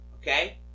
okay